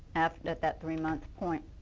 at that that three month point.